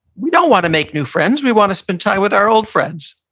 we don't want to make new friends. we want to spend time with our old friends.